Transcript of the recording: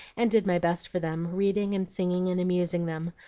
and did my best for them, reading and singing and amusing them,